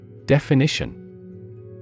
Definition